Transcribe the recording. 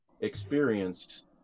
experienced